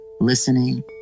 listening